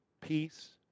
peace